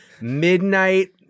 Midnight